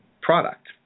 product